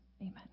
Amen